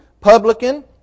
publican